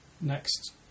next